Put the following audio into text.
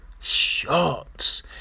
Shots